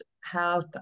health